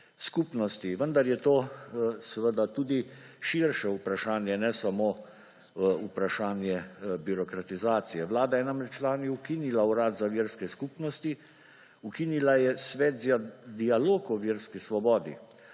skupnosti. Vendar je to seveda tudi širše vprašanje, ne samo vprašanje birokratizacije. Vlada je namreč lani ukinila Urad za verske skupnosti. Ukinila je Svet za dialog o verski svobodi.